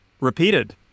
repeated